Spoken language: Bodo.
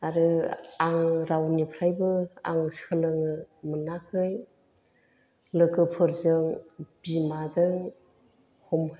आरो आङो रावनिफ्रायबो आं सोलोङो मोनाखै लोगोफोरजों बिमाजों हम